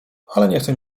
ale